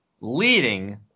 leading